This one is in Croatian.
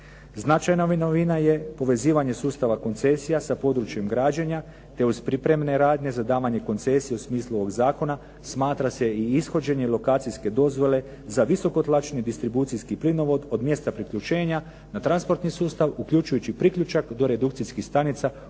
Značajna novina je povezivanje sustava koncesija sa područjem građenja, te uz pripremne radnje za davanje koncesija u smislu ovog zakona, smatra se i ishođenje lokacijske dozvole za visokotlačni distribucijski plinovod od mjesta priključenja na transportni sustav uključujući priključak do redukcijskih stanica ukoliko